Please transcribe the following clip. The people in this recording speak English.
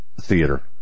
theater